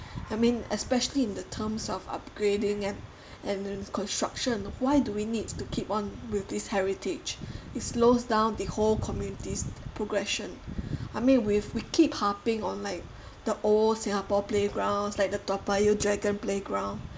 I mean especially in the terms of upgrading and and construction why do we need to keep on with this heritage it slows down the whole communities progression I mean we we keep harping on like the old singapore playgrounds like the toa payoh dragon playground